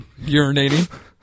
urinating